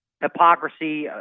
hypocrisy